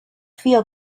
feel